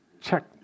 check